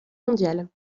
mondiale